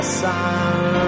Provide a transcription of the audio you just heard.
sun